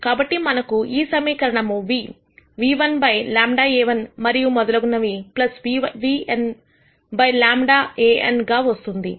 కాబట్టి మనకు ఈ సమీకరణం v ν₁ బై λ A1 మరియు మొదలగునవి νn బై λ An గా వస్తుంది